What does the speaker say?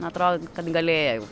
na atro kad galėjo jau